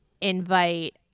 invite